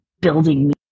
building